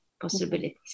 possibilities